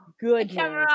goodness